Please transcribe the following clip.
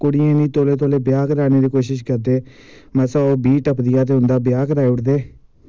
कुड़ियें गी तौले तौले ब्याह् कराने दी कोशिश करदे मसां ओह् बीह् टपदियां ते उं'दा ब्याह् कराई ओड़दे